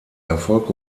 erfolg